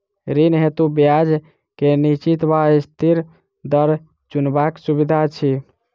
ऋण हेतु ब्याज केँ निश्चित वा अस्थिर दर चुनबाक सुविधा अछि